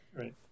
Right